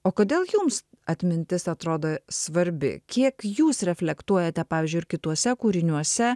o kodėl jums atmintis atrodo svarbi kiek jūs reflektuojate pavyzdžiui ir kituose kūriniuose